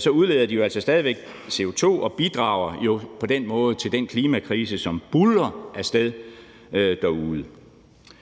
så udleder de jo altså stadig væk CO2 og bidrager på den måde til den klimakrise, som buldrer af sted derude.